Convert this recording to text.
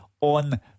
on